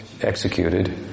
executed